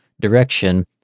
direction